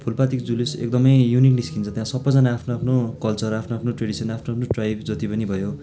फुलपातिको जुलुस एकदमै युनिक निस्किन्छ त्यहाँ सबैजना आफ्नो आफ्नो कल्चर आफ्नो आफ्नो ट्राडिसनल आफ्नो आफ्नो ट्राइब जति पनि भयो